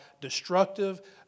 destructive